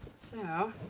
so